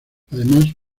además